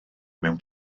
mewn